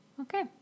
Okay